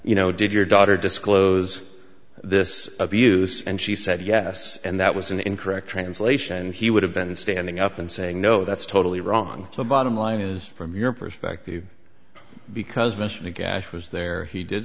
you know did your daughter disclose this abuse and she said yes and that was an incorrect translation and he would have been standing up and saying no that's totally wrong the bottom line is from your perspective because mr gash was there he did